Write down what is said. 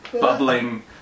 bubbling